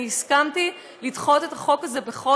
אני הסכמתי לדחות את החוק הזה בחודש,